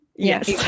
Yes